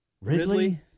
Ridley